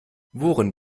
worin